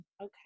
Okay